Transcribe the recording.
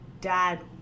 dad